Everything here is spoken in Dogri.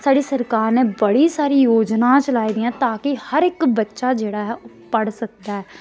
साढ़ी सरकार ने बड़ी सारी योजनाां चलाई दियां ताकि हर इक बच्चा जेह्ड़ा ऐ ओह् पढ़ सकदा ऐ